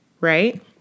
right